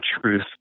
truth